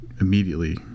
immediately